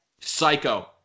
psycho